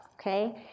okay